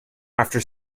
after